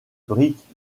briques